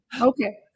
Okay